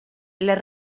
les